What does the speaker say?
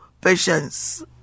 patience